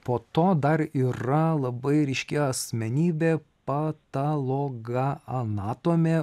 po to dar yra labai ryški asmenybė patalogaanatomė